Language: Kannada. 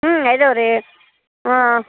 ಹ್ಞೂ ಇದವೆ ರೀ ಹಾಂ